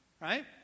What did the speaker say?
Right